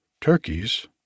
turkey's